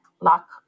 lock